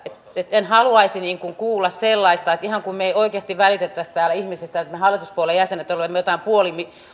en haluaisi kuulla sellaista että ihan kuin me emme oikeasti välittäisi täällä ihmisistä että me hallituspuolueen jäsenet olemme joitain